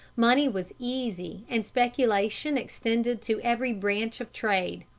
money was easy and speculation extended to every branch of trade.